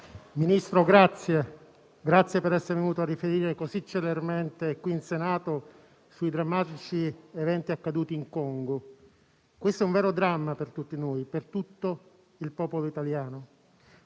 Ministro, grazie per essere venuto a riferire così celermente in Senato sui drammatici eventi accaduti in Congo. Si tratta di un vero dramma per tutti noi e per tutto il popolo italiano.